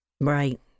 Right